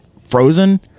Frozen